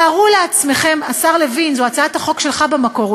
תארו לעצמכם, השר לוין, זו הצעת החוק שלך במקור.